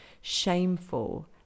shameful